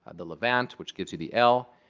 the levant, which gives you the l,